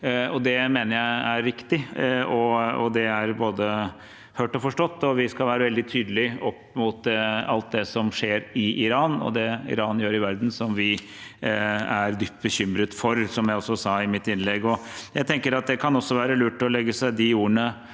om NSM-rapporten 2739 hørt og forstått. Vi skal være veldig tydelige opp mot det som skjer i Iran, og det Iran gjør i verden som vi er dypt bekymret for, som jeg også sa i mitt innlegg. Jeg tenker det også kan være lurt å legge seg de ordene